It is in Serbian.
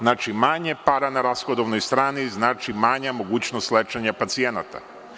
Znači, manje para na rashodovnoj strani, to znači manja mogućnost lečenja pacijenata.